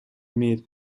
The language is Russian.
имеет